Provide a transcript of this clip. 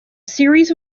series